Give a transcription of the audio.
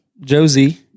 Josie